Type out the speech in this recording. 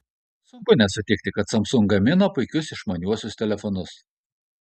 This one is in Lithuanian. sunku nesutikti kad samsung gamina puikius išmaniuosius telefonus